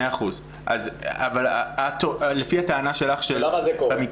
מאה אחוז, אבל לפי הטענה שלך --- למה זה קורה?